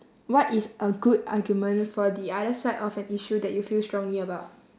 what is a good argument for the other side of an issue that you feel strongly about